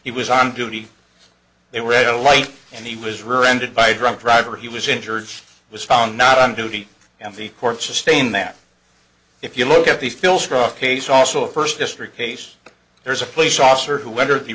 he was on duty they were at a light and he was rear ended by a drunk driver he was injured was found not on duty and the courts sustain that if you look at the fill struck case also first district case there's a police officer who entered the